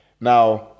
Now